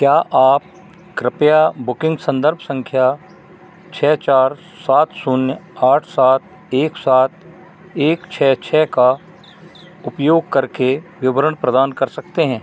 क्या आप कृपया बुकिंग संदर्भ संख्या छः चार सात शून्य आठ सात एक सात एक छः छः का उपयोग करके विवरण प्रदान कर सकते हैं